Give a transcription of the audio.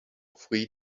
three